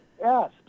yes